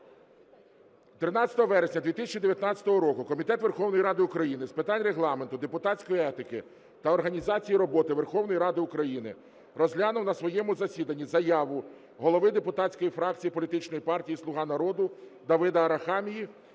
13 вересня 2019 року Комітет Верховної Ради України з питань Регламенту, депутатської етики та організації роботи Верховної Ради України розглянув на своєму засіданні заяву голови депутатської фракції політичної партії "Слуга народу" Давида Арахамії